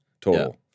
total